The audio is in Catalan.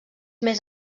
més